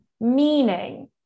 Meaning